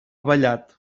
vallat